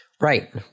Right